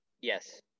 Yes